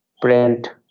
print